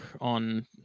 on